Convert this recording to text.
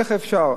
איך אפשר?